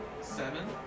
Seven